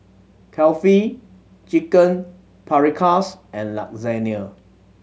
Kulfi Chicken Paprikas and Lasagna